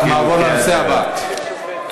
נעבור לנושא הבא: